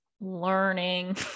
learning